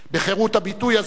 בחירות הביטוי הזו